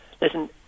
Listen